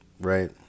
right